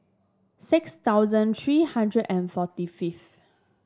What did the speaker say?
six thousand three hundred and forty fifth